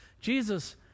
Jesus